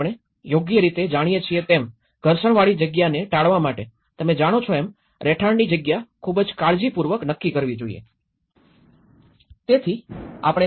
જ્યારે આપણે યોગ્ય રીતે જાણીએ છીએ તેમ ઘર્ષણવાળી જગ્યાને ટાળવા માટે તમે જાણો છો એમ રહેઠાણની જગ્યા ખૂબ કાળજીપૂર્વક નક્કી કરવી જોઈએ